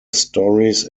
stories